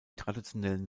traditionellen